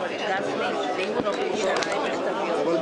(הישיבה נפסקה בשעה 10:45 ונתחדשה